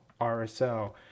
RSL